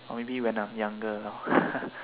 or maybe when I am younger lor